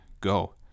Go